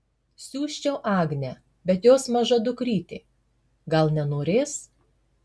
siųsčiau agnę bet jos maža dukrytė gal nenorės